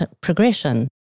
progression